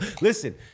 listen